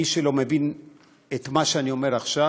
מי שלא מבין את מה שאני אומר עכשיו